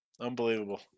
Unbelievable